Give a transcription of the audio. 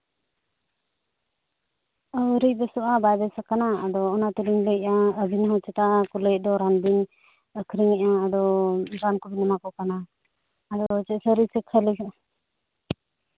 ᱟᱹᱣᱨᱤᱭ ᱵᱮᱥᱚᱜᱼᱟ ᱵᱟᱭ ᱵᱮᱥᱚᱜ ᱠᱟᱱᱟ ᱟᱫᱚ ᱚᱱᱟ ᱛᱮᱞᱤᱧ ᱞᱟᱹᱭᱮᱜᱼᱟ ᱟᱹᱵᱤᱱ ᱦᱚᱸ ᱪᱮᱛᱟ ᱠᱚ ᱞᱟᱹᱭᱮᱫ ᱫᱚ ᱨᱟᱱ ᱵᱤᱱ ᱟᱹᱠᱷᱨᱤᱧᱮᱜᱼᱟ ᱟᱫᱚ ᱨᱟᱱ ᱠᱚᱵᱤᱱ ᱮᱢᱟ ᱠᱚ ᱠᱟᱱᱟ ᱟᱫᱚ ᱪᱮᱫ ᱥᱟᱹᱨᱤ ᱥᱮ ᱠᱷᱟᱹᱞᱤ ᱜᱮ